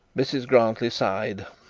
mrs grantly sighed,